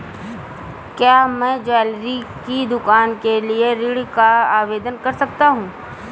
क्या मैं ज्वैलरी की दुकान के लिए ऋण का आवेदन कर सकता हूँ?